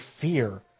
fear